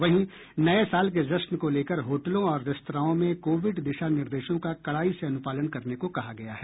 वहीं नये साल के जश्न को लेकर होटलों और रेस्त्राओं में कोविड दिशा निर्देशों का कड़ाई से अनुपालन करने को कहा गया है